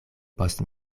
post